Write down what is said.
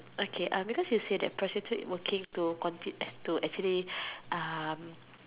okay uh because you said that prostitute working to conti~ to actually um